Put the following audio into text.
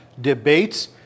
debates